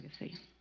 legacy